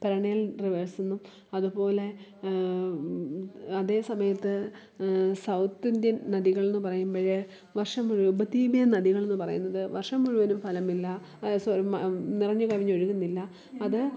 perennial റിവേഴ്സെന്നും അതുപോലെ അതേസമയത്ത് സൗത്ത് ഇന്ത്യൻ നദികളെന്നു പറയുമ്പോൾ വർഷം മുഴുവൻ ഉപദ്വിപീയൻ നദികളെന്നു പറയുന്നത് വർഷം മുഴുവനും ഫലമില്ല സോറി മ നിറഞ്ഞു കവിഞ്ഞൊഴുകുന്നില്ല അത്